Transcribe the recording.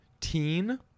teen